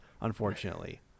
unfortunately